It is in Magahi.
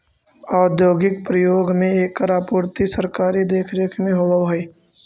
औद्योगिक प्रयोग में एकर आपूर्ति सरकारी देखरेख में होवऽ हइ